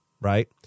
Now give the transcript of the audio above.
right